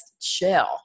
chill